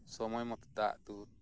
ᱥᱚᱢᱚᱭ ᱢᱚᱛᱚ ᱫᱟᱜ ᱫᱩᱞ